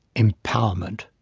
empowerment.